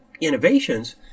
innovations